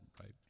right